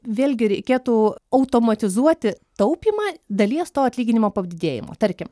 vėlgi reikėtų automatizuoti taupymą dalies to atlyginimo padidėjimu tarkim